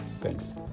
Thanks